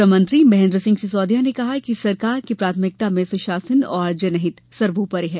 श्रम मंत्री महेन्द्र सिंह सिसोदिया ने कहा है कि सरकार की प्राथमिकता में सुशासन और जनहित सर्वोपरि है